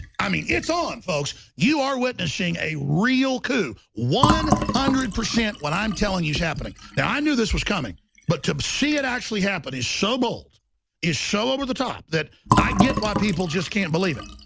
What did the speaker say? i mean, it's on folks. you are witnessing a real coup one hundred percent what i'm telling you is happening now i knew this was coming but to see it actually happen is so bold is so over-the-top that i get why people just can't believe it